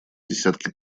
десятки